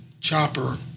chopper